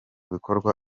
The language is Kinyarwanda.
bikorwa